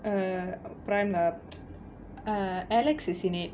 err Prime err err alex is in it